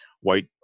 white